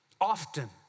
Often